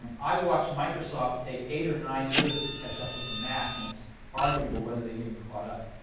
i watched microsoft take eight or nine years to catch up with the mac, and it's arguable whether they've even caught up.